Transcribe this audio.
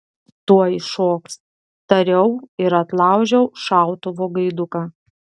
tuoj šoks tariau ir atlaužiau šautuvo gaiduką